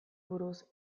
buruz